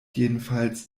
jedenfalls